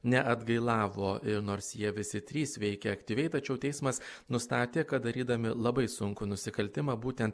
neatgailavo nors jie visi trys veikė aktyviai tačiau teismas nustatė kad darydami labai sunkų nusikaltimą būtent